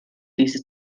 diese